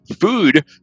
Food